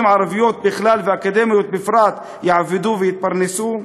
ערביות בכלל ואקדמאיות בפרט יעבדו ויתפרנסו?